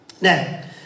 Now